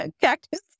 Cactus